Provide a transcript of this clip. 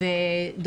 למטפלות.